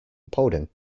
paulding